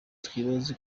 twibaze